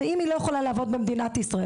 ואם היא לא יכולה לעבוד במדינת ישראל,